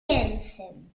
wensen